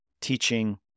teaching